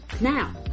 Now